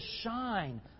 shine